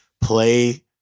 play